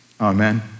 Amen